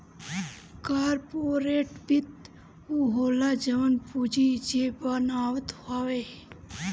corporate वित्त उ होला जवन पूंजी जे बनावत हवे